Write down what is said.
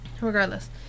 Regardless